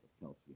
Kelsey